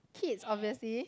kids obviously